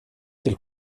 del